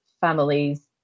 families